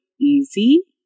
easy